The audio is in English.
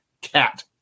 cat